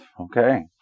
okay